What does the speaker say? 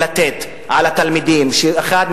לכן,